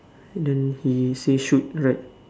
then he say shoot right